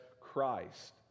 Christ